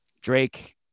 Drake